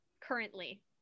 currently